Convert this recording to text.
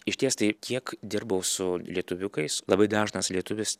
išties tai kiek dirbau su lietuviukais labai dažnas lietuvis